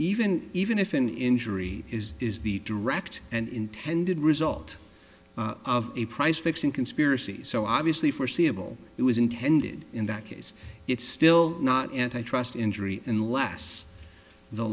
even even if an injury is is the direct and intended result of a price fixing conspiracy so obviously foreseeable it was intended in that case it's still not antitrust injury unless the